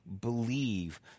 believe